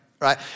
right